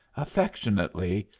affectionately,